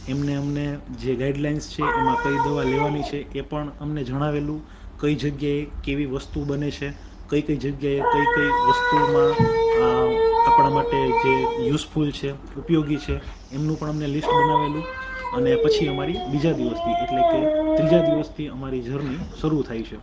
એમને અમને જે ગાઈડલાઈન્સ છે એમાં કઈ દવા લેવાની છે એ પણ અમને જણાવેલું કઈ જગ્યાએ કેવી વસ્તુ બને છે કઈ કઈ જગ્યાએ કઈ કઈ વસ્તુમાં આ આપડા માટે જે યુસફૂલ છે ઉપયોગી છે એમનું પણ અમને લિસ્ટ બનાવેલું અને પછી અમારી બીજા દિવસથી એટલે કે ત્રીજા દિવસથી અમારી જર્ની શરૂ થાય છે